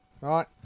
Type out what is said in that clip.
Right